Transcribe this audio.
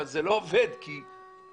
אבל זה לא עובד כי צריך